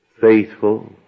faithful